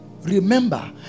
remember